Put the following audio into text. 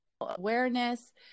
awareness